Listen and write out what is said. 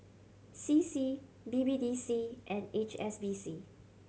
C C B B D C and H S B C